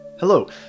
Hello